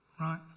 right